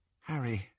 Harry